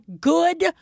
good